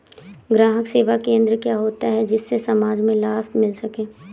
ग्राहक सेवा केंद्र क्या होता है जिससे समाज में लाभ मिल सके?